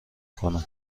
کنم